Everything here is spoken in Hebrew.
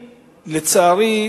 לצערי,